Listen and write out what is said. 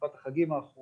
בתקופת החגים האחרונה.